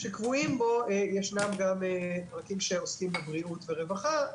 שקבועים בו ישנם גם פרקים שעוסקים בבריאות ורווחה,